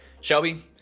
Shelby